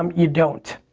um you don't.